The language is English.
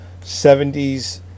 70s